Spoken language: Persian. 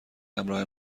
همراه